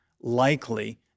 likely